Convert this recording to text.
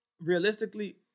realistically